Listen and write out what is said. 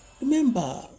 Remember